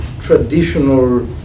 traditional